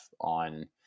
on